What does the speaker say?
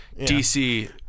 DC